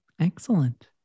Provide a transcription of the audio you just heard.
Excellent